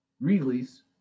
release